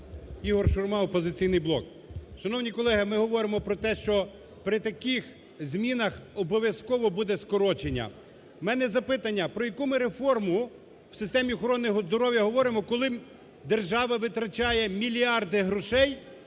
Ігор Шурма, "Опозиційний блок". Шановні колеги, ми говоримо про те, що при таких змінах обов'язково буде скорочення. В мене запитання, про яку ми реформу в системі охорони здоров'я говоримо, коли держава витрачає мільярди грошей